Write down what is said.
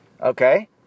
Okay